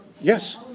yes